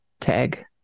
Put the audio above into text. tag